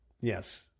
Yes